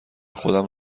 خودم